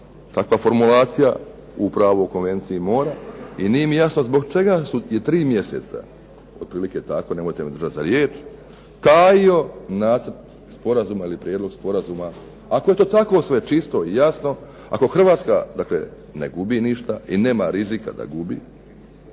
takva formulacija o pravu o Konvenciji mora. I nije mi jasno zbog čega je tri mjeseca, otprilike tako nemojte me držati za riječ, tajio nacrt sporazuma ili prijedlog sporazuma, ako je to tako sve čisto i jasno, ako Hrvatska ne gubi ništa i nema rizika da gubi,